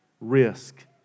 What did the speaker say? risk